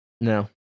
no